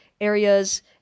areas